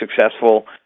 successful